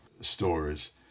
stories